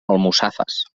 almussafes